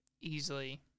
easily